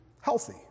healthy